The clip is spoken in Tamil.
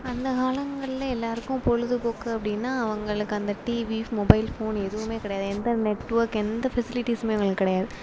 அந்த காலங்களில் எல்லாருக்கும் பொழுதுபோக்கு அப்படின்னா அவங்களுக்கு அந்த டிவி மொபைல் ஃபோன் எதுவுமே கிடையாது எந்த நெட்ஒர்க் எந்த ஃபெசிலிட்டிஸுமே எங்களுக்கு கிடையாது